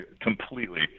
completely